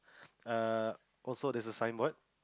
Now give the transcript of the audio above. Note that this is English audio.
err also there's a signboard